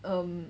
um